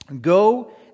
Go